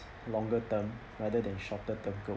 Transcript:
longer term rather than shorter term goals